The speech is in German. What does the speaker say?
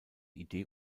idee